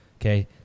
Okay